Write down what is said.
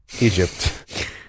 egypt